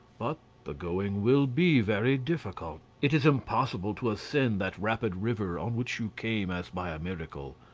but the going will be very difficult. it is impossible to ascend that rapid river on which you came as by a miracle,